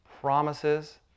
promises